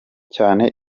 cyane